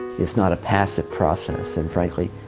it's not a passive process. and frankly,